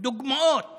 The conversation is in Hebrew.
דוגמאות